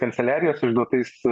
kanceliarijos išduotais